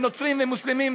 נוצרים ומוסלמים,